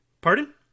pardon